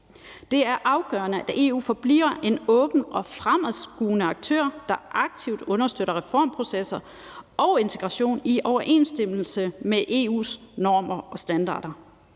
Det er afgørende, at EU forbliver en åben og fremadskuende aktør, der aktivt understøtter reformprocesser og integration i overensstemmelse med EU's normer og standarder.